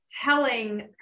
telling